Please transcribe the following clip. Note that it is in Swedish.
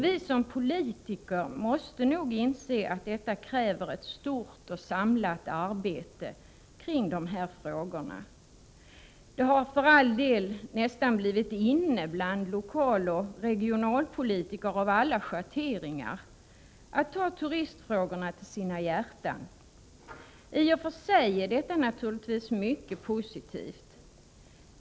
Vi som politiker måste nog inse att detta kräver ett stort, samlat arbete kring dessa frågor. Det har för all del nästan blivit ”inne” bland lokaloch regionalpolitiker av alla schatteringar att ta turistfrågorna till sina hjärtan. I och för sig är detta naturligtvis mycket positivt.